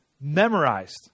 memorized